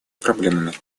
проблемами